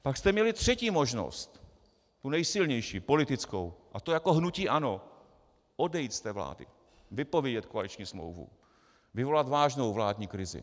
Pak jste měli třetí možnost, tu nejsilnější, politickou, a to jako hnutí ANO odejít z té vlády, vypovědět koaliční smlouvu, vyvolat vážnou vládní krizi.